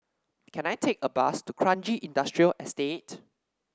can I take a bus to Kranji Industrial Estate